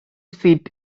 seat